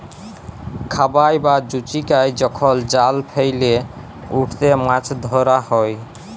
খাবাই বা জুচিকাই যখল জাল ফেইলে উটতে মাছ ধরা হ্যয়